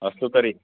अस्तु तर्हि